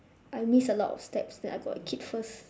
I miss a lot of steps then I got a kid first